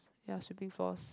ya sweeping floors